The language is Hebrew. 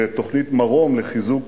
ותוכנית "מרום" לחיזוק